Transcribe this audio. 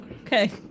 okay